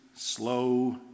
Slow